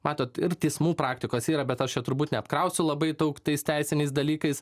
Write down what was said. matot ir teismų praktikos yra bet aš čia turbūt neapkrausiu labai daug tais teisiniais dalykais